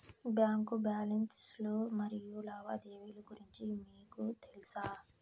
Bank balance లు మరియు లావాదేవీలు గురించి మీకు తెల్సా?